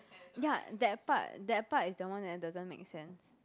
ya that part that part is the one that doesn't make sense